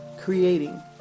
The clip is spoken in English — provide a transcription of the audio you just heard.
creating